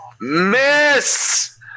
miss